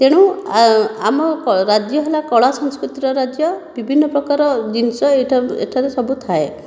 ତେଣୁ ଆମ ରାଜ୍ୟ ହେଲା କଳା ସଂସ୍କୃତିର ରାଜ୍ୟ ବିଭିନ୍ନ ପ୍ରକାରର ଜିନିଷ ଏଠାରେ ଏଠାରେ ସବୁ ଥାଏ